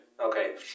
Okay